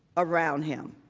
around him.